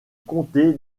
comté